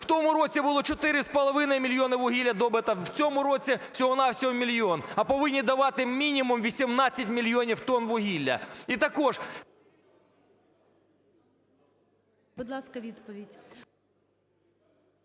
в тому році було 4,5 мільйони вугілля добуто, в цьому році – всього-на-всього мільйон? А повинні давати мінімум 18 мільйонів тонн вугілля.